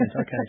Okay